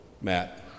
Matt